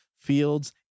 fields